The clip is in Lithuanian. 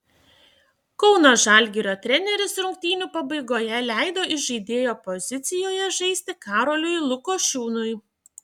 kauno žalgirio treneris rungtynių pabaigoje leido įžaidėjo pozicijoje žaisti karoliui lukošiūnui